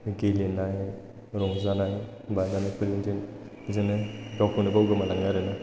गेलेनाय रंजानाय बाजानायफोरजोंनो जोङो गावखौनो बावगोमा लाङो आरोना